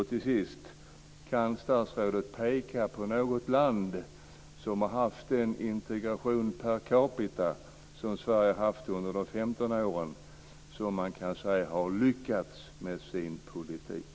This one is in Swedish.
Till sist: Kan statsrådet peka på något land som har haft en integration per capita som Sverige haft under de senaste 15 åren som har lyckats med sin politik?